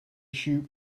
shoot